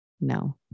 No